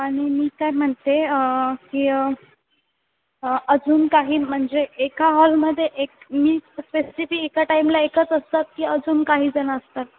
आणि मी काय म्हणते की अजून काही म्हणजे एका हॉलमध्ये एक मी स्पेसिफिक एका टाईमला एकच असतात की अजून काहीजणं असतात